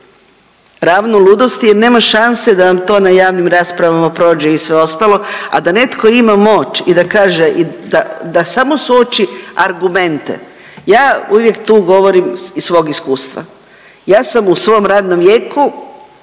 ravno ludosti jer nema šanse da vam na to na javnim raspravama prođe i sve ostalo, a da netko ima moć i da kaže da samo suoči argumente. Ja tu uvijek govorim iz svog iskustva, ja sam u svom radnom vijeku